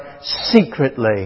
secretly